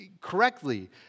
correctly